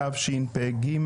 התשפ"ג